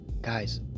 Guys